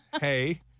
hey